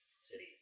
City